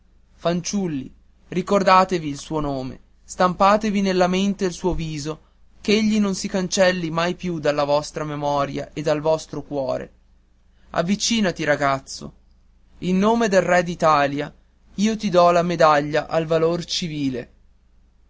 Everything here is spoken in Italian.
fanciulli ricordatevi il suo nome stampatevi nella mente il suo viso ch'egli non si cancelli mai più dalla vostra memoria e dal vostro cuore avvicinati ragazzo in nome del re d'italia io ti do la medaglia al valor civile